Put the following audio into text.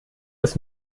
des